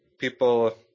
people